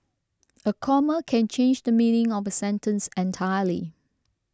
a comma can change the meaning of a sentence entirely